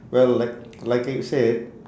well like like you said